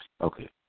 Okay